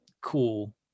cool